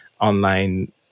online